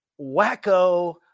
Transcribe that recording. wacko